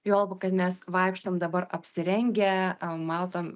juolab kad mes vaikštom dabar apsirengę matom